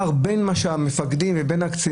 היו מזדעקים.